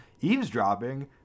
eavesdropping